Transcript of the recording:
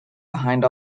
behind